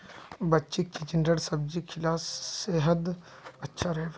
बच्चीक चिचिण्डार सब्जी खिला सेहद अच्छा रह बे